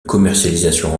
commercialisation